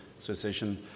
Association